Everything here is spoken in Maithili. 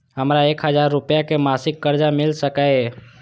हमरा एक हजार रुपया के मासिक कर्जा मिल सकैये?